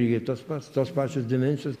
lygiai tas pats tos pačios demensijos